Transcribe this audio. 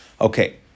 Okay